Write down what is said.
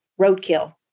Roadkill